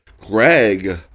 Greg